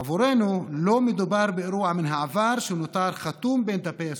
עבורנו לא מדובר באירוע מן העבר שנותר חתום בין דפי ההיסטוריה,